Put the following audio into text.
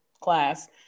class